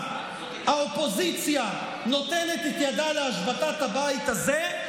האופוזיציה נותנת את ידה להשבתת הבית הזה,